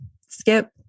skip